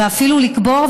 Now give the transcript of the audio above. אפילו לקבור,